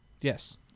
Yes